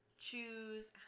choose